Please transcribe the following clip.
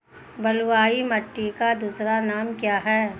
बलुई मिट्टी का दूसरा नाम क्या है?